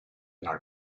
not